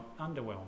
underwhelmed